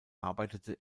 arbeitete